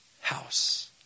house